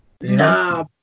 Nah